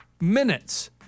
minutes